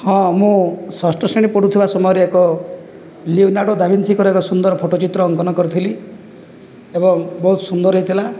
ହଁ ମୁଁ ଷଷ୍ଠ ଶ୍ରେଣୀ ପଢ଼ୁଥିବା ସମୟରେ ଏକ ଲିଓନାର୍ଡ଼ୋ ଦା ଭିନ୍ସିଙ୍କର ଏକ ସୁନ୍ଦର ଫଟୋ ଚିତ୍ର ଅଙ୍କନ କରିଥିଲି ଏବଂ ବହୁତ ସୁନ୍ଦର ହୋଇଥିଲା